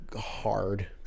hard